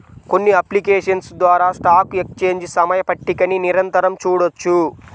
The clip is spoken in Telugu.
కొన్ని అప్లికేషన్స్ ద్వారా స్టాక్ ఎక్స్చేంజ్ సమయ పట్టికని నిరంతరం చూడొచ్చు